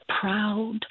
proud